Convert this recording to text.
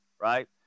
right